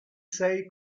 sei